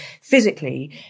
physically